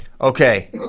okay